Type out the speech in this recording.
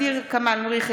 אינו נוכח ע'דיר כמאל מריח,